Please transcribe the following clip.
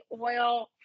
oil